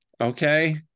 okay